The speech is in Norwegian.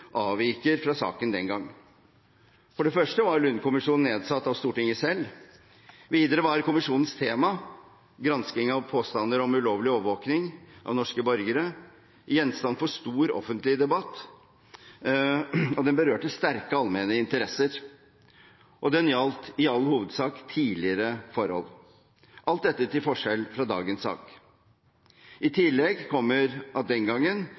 avviker fra saken den gang. For det første var Lund-kommisjonen nedsatt av Stortinget selv. Videre var kommisjonens tema – gransking av påstander om ulovlig overvåkning av norske borgere – gjenstand for stor offentlig debatt, den berørte sterke allmenne interesser, og den gjaldt i all hovedsak tidligere forhold – alt dette til forskjell fra dagens sak. I tillegg kommer at den gangen